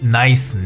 nice